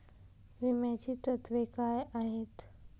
विम्याची तत्वे काय आहेत?